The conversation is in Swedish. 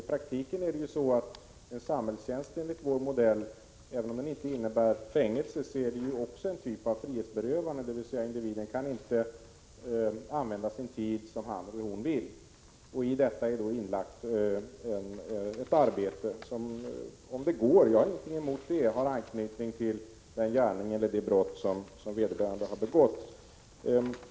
I praktiken är samhällstjänst enligt vår modell, även om den inte innebär fängelse, en typ av frihetsberövande, dvs. individen kan inte använda sin tid som han eller hon vill. I detta är då inlagt ett arbete, som om det går — jag har ingenting emot det — har anknytning till den gärning eller det brott som vederbörande har begått.